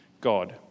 God